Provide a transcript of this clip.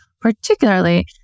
particularly